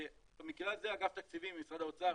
במקרה הזה אגף תקציבים במשרד האוצר,